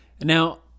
Now